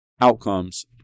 outcomes